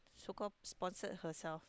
so call sponsored herself